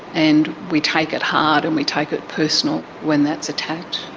and we take it hard and we take it personal when that's attacked.